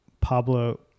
Pablo